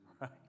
right